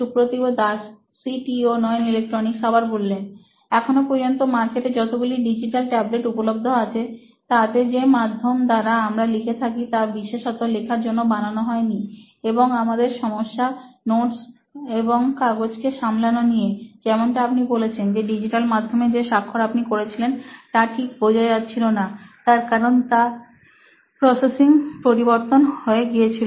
Supratibh Das C T O নোইন electronics এখনো পর্যন্ত মার্কেটে যতগুলি ডিজিটাল ট্যাবলেট উপলব্ধ আছে তাতে যে মাধ্যম দ্বারা আমরা লিখে থাকি তা বিশেষত লেখার জন্যে বানানো হয়নি এবং আমাদের সমস্যা নোটস এবং কাগজকে সামলানো নিয়ে যেমনটা আপনি বলেছেন যে ডিজিটাল মাধ্যমে যে স্বাক্ষর আপনি করেছিলেন তা ঠিক বোঝা যাচ্ছিল না তার কারণ তার প্রসেসিং পরিবর্তন হয়ে গিয়েছিল